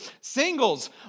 Singles